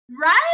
Right